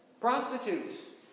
prostitutes